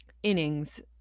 innings